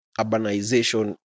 urbanization